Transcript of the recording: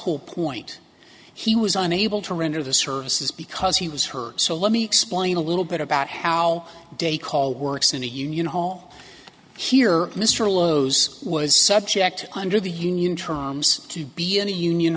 whole point he was unable to render the services because he was hurt so let me explain a little bit about how day call works in a union hall here mr lowe's was subject under the union terms to be in a union